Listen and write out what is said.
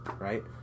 right